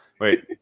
Wait